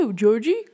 Georgie